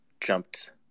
jumped